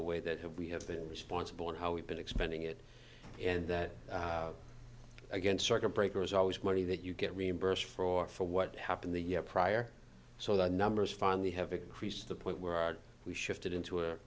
a way that we have been responsible in how we've been expanding it and that again circuit breaker is always money that you get reimbursed for for what happened the year prior so the numbers finally have increased the point where are we shifted into